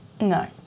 No